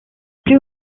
plus